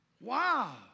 Wow